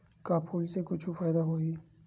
का फूल से कुछु फ़ायदा होही?